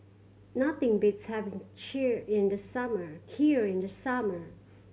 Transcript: nothing beats having in the summer Kheer in the summer